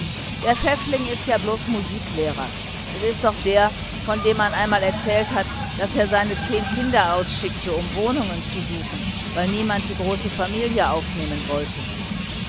der pfäffling ist ja bloß musiklehrer es ist doch der von dem man einmal erzählt hat daß er seine zehn kinder ausschickt um wohnungen zu suchen weil niemand die große familie aufnehmen wollte